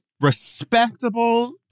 respectable